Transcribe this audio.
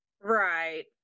Right